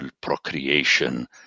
procreation